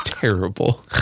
Terrible